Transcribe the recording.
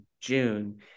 June